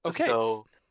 Okay